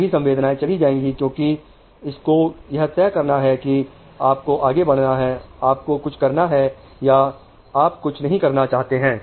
सभी संवेदनाएं चली जाएंगी क्योंकि इसको यह तय करना है कि आपको आगे बढ़ना है आपको कुछ करना है या आप कुछ नहीं करना चाहते हैं